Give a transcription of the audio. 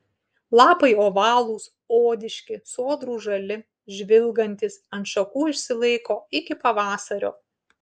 lapai ovalūs odiški sodrūs žali žvilgantys ant šakų išsilaiko iki pavasario